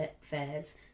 fairs